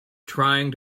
trying